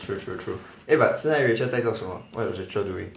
true true true eh but 现在 rachel 在做什么 what does rachel doing